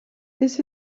this